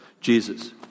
jesus